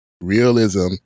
realism